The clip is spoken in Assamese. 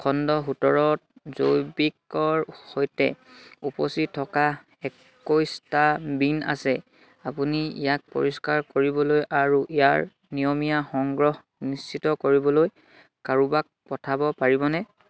খণ্ড সোতৰত জৈৱিকৰ সৈতে উপচি থকা একৈছটা বিন আছে আপুনি ইয়াক পৰিষ্কাৰ কৰিবলৈ আৰু ইয়াৰ নিয়মীয়া সংগ্ৰহ নিশ্চিত কৰিবলৈ কাৰোবাক পঠাব পাৰিবনে